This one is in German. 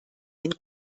den